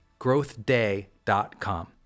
growthday.com